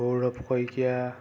Sourav Saikia